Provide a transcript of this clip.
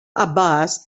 abbas